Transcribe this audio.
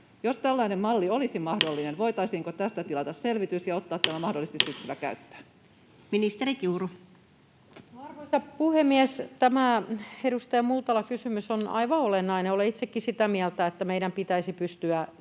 Jos tällainen malli olisi mahdollinen, voitaisiinko tästä tilata selvitys ja ottaa tämä mahdollisesti syksyllä käyttöön? Ministeri Kiuru. Arvoisa puhemies! Tämä edustaja Multalan kysymys on aivan olennainen. Olen itsekin sitä mieltä, että meidän pitäisi pystyä